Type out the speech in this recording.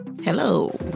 Hello